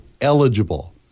eligible